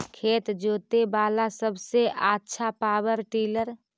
खेत जोते बाला सबसे आछा पॉवर टिलर?